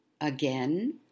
again